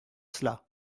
cela